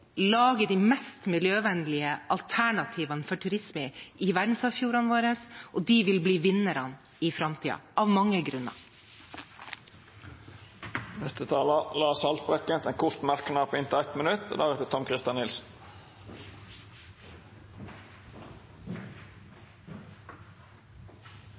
lage de mest miljøvennlige alternativene for turistvei i verdensarvfjordene våre. De vil bli vinnerne i framtiden av mange grunner. Representanten Lars Haltbrekken har hatt ordet to gonger tidlegare og får ordet til ein kort merknad, avgrensa til 1 minutt.